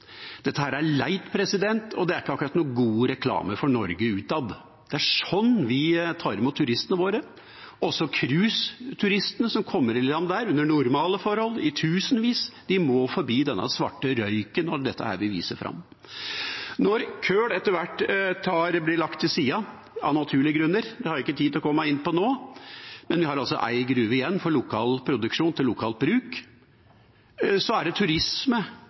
ikke akkurat noe god reklame for Norge utad. Det er slik vi tar vi imot turistene våre. Også cruiseturistene som kommer i land der – under normale forhold i tusenvis – må forbi denne svarte røyken, og det er dette vi viser fram. Når kull etter hvert blir lagt til side – av naturlige grunner, det har jeg ikke tid til å komme inn på nå, men vi har altså én gruve igjen for lokal produksjon, til lokalt bruk – så er det turisme